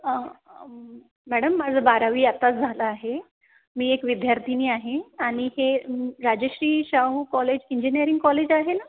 madam माझं बारावी आत्ताच झालं आहे मी एक विद्यार्थिनी आहे आणि हे Rajshri Shahu college engineering college आहे ना